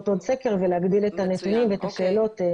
עוד סקר ולהגדיל את הנתונים ואת השאלות.